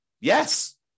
Yes